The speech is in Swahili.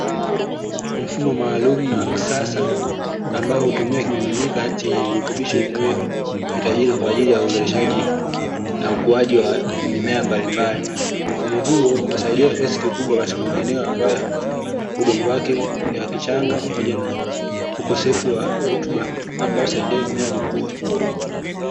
Mfumo maalumu na wa kisasa, ambao hutumia kimiminika chenye virutubisho vinavyohitajika kwa ajili ya uzalishaji na ukuaji wa mimea mbalimbali, mfumo huu umesaidia ķwa kiasi kikubwa katika maeneo ambayo udongo wake ni wa kichanga, pamoja na ukosefu wa rutuba, ambayo husaidia mimea kukua.